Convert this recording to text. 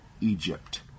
Egypt